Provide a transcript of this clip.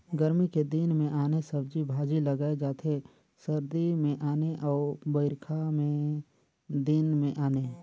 गरमी के दिन मे आने सब्जी भाजी लगाए जाथे सरदी मे आने अउ बइरखा के दिन में आने